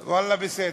ואללה, בסדר.